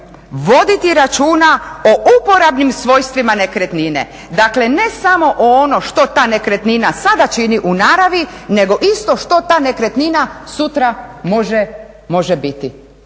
voditi računa o uporabnim svojstvima nekretnine. Dakle, ne samo o onom što ta nekretnina sada čini u naravni nego isto što ta nekretnina sutra može biti.